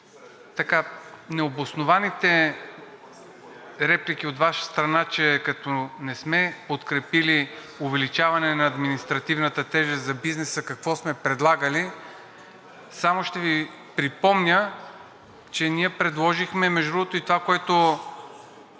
и необоснованите реплики от Ваша страна, че като не сме подкрепили увеличаване на административната тежест за бизнеса, какво сме предлагали. Само ще Ви припомня, че ние предложихме и това, което